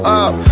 up